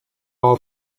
all